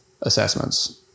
assessments